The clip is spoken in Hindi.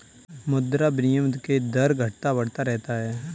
मुद्रा विनिमय के दर घटता बढ़ता रहता है